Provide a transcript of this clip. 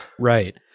Right